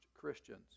Christians